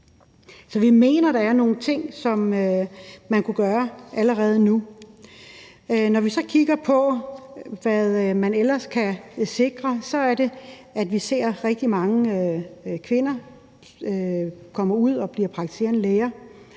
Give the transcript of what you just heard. Så vi mener, der er nogle ting, som man kunne gøre allerede nu. Når vi så kigger på, hvad man ellers kan sikre, er det, at vi ser rigtig mange kvinder komme ud og blive praktiserende læger.